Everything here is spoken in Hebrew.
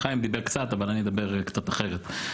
חיים דיבר קצת, אבל אני אדבר קצת אחרת.